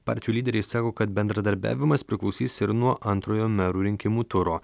partijų lyderiai sako kad bendradarbiavimas priklausys ir nuo antrojo merų rinkimų turo